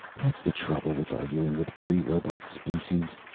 that's the trouble with arguing with pre-robot species,